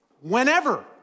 Whenever